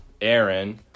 Aaron